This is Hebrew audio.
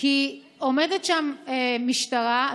עומדת שם משטרה,